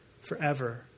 forever